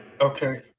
Okay